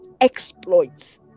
exploits